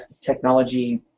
technology